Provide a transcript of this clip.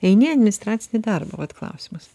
eini administracinį darbą vat klausimas